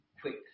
quick